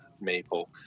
maple